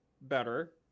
better